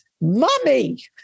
mommy